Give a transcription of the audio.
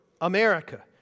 America